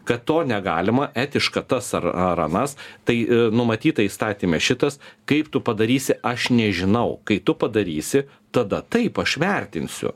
kad to negalima etiška tas ar ar anas tai numatyta įstatyme šitas kaip tu padarysi aš nežinau kai tu padarysi tada taip aš vertinsiu